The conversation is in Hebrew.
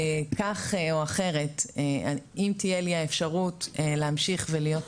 כך או אחרת אם תהיה לי האפשרות להמשיך ולהיות